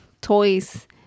toys